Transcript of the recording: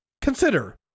Consider